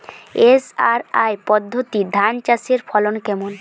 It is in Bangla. এস.আর.আই পদ্ধতি ধান চাষের ফলন কেমন?